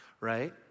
right